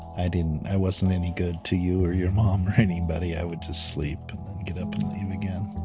i didn't. i wasn't any good to you or your mom or anybody. i would just sleep and then get up and leave again.